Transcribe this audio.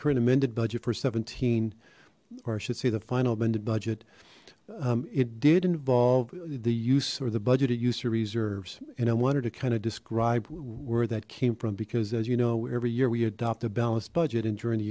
current amended budget for seventeen or i should say the final amended budget it did involve the or the budgeted user reserves and i wanted to kind of describe where that came from because as you know every year we adopt a balanced budget and during the